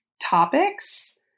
topics